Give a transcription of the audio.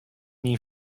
dyn